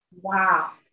Wow